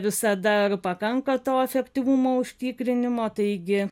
visada ar pakanka to efektyvumo užtikrinimo taigi